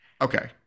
Okay